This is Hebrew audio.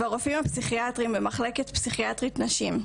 והרופאים הפסיכיאטריים במחלקת פסיכיאטרית נשים,